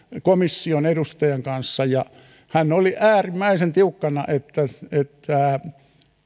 komission edustajan kanssa hän oli äärimmäisen tiukkana että että